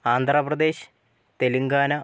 Andhra Pradesh Telangana